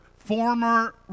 Former